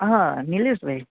હા નિલેષભાઈ